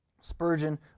Spurgeon